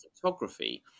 photography